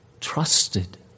trusted